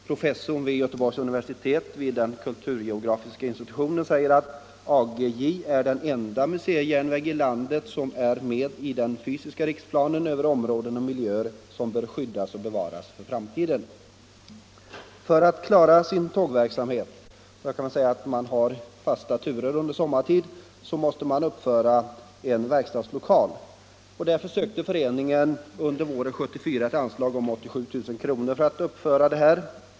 Professorn vid Göteborgs universitets kulturgeografiska institution säger att AGJ är den enda museijärnväg i landet som är med i den fysiska riksplanen över områden och miljöer som bör skyddas och bevaras för framtiden. För att klara sin tågverksamhet — man har fasta turer under sommartid — måste man uppföra en verkstadslokal. Föreningen sökte under våren 1974 ett anslag på 84 000 kr. för att uppföra verkstadslokalen.